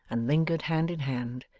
and lingered hand in hand,